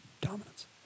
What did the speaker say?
dominance